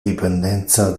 dipendenza